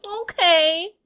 Okay